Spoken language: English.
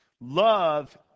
love